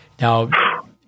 Now